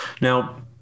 now